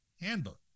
handbook